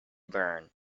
burn